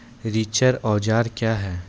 रिचर औजार क्या हैं?